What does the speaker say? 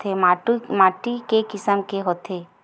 माटी के किसम के होथे?